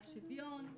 על שוויון.